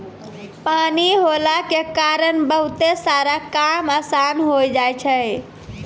पानी होला के कारण बहुते सारा काम आसान होय जाय छै